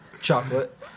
Chocolate